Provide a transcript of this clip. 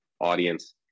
audience